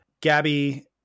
Gabby